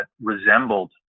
resembled